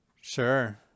Sure